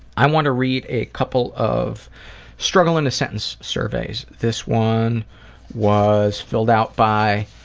i want to read a couple of struggle in a sentence surveys. this one was filled out by